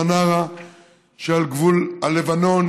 במנרה שעל גבול הלבנון,